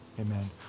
Amen